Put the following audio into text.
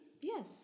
Yes